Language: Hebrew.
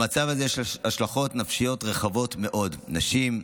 למצב הזה יש השלכות נפשיות רחבות מאוד: נשים,